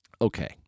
Okay